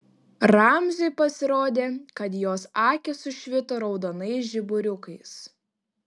ramziui pasirodė kad jos akys sušvito raudonais žiburiukais